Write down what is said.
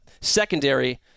secondary